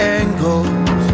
angles